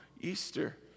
Easter